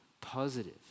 positive